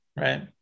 right